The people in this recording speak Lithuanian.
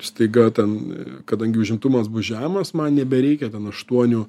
staiga ten kadangi užimtumas bus žemas man nebereikia ten aštuonių